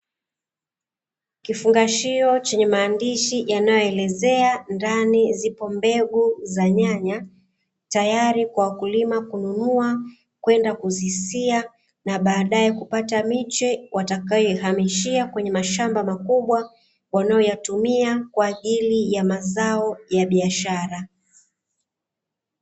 Kifungashio chenye maandishi yanayoelezea ndani zipo mbegu za nyanya tayari kwa wakulima kununua kwenda kuzisia, na baadae kupata miche watakayo ihamishia kwenye mashamba makubwa wanayo yatumia kwa ajili ya mazao ya biashara.